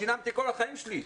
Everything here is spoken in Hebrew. שילמתי כל החיים שלי.